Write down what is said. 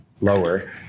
lower